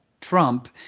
trump